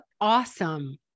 awesome